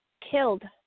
killed